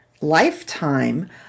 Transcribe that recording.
lifetime